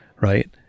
right